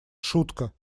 шутка